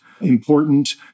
important